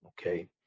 Okay